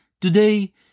Today